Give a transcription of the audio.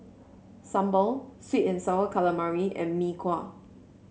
sambal sweet and sour calamari and Mee Kuah